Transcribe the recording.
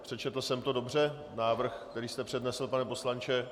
Přečetl jsem dobře návrh, který jste přednesl, pane poslanče?